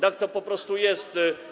Tak to po prostu jest.